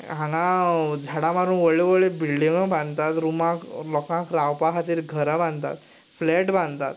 झाडां झाडां मारून व्हडल्यो व्हडल्यो बिल्डिंगो बांदतात रुमाक लोकांक रावपा खातीर घरां बांदतात फ्लॅट बांदतात